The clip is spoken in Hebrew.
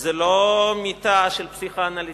זה לא מיטה של פסיכואנליטיקן,